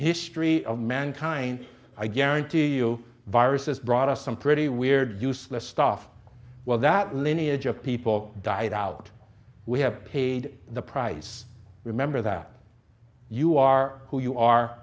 history of mankind i guarantee you viruses brought us some pretty weird useless stuff well that lineage of people died out we have paid the price remember that you are who you are